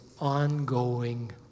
ongoing